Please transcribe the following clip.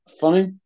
funny